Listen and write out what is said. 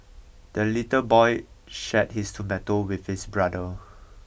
the little boy shared his tomato with his brother